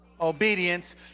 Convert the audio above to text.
obedience